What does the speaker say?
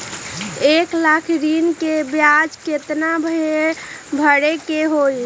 एक लाख ऋन के ब्याज केतना भरे के होई?